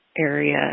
Area